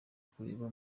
kureba